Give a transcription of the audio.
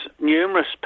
numerous